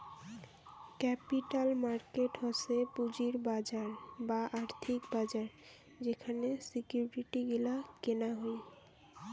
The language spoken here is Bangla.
ক্যাপিটাল মার্কেট হসে পুঁজির বাজার বা আর্থিক বাজার যেখানে সিকিউরিটি গিলা কেনা হই